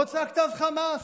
לא צעקת אז חמס.